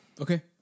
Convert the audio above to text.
Okay